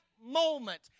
moment